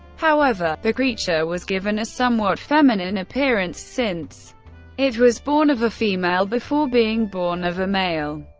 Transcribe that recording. however, the creature was given a somewhat feminine appearance, since it was born of a female before being born of a male.